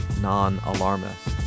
non-alarmist